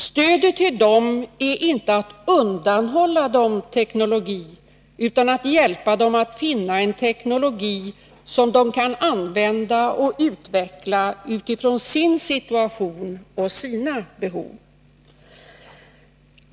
Stödet till dem är inte att undanhålla dem teknologi utan att hjälpa dem att finna en teknologi som de kan använda och utveckla utifrån sin situation och sina behov.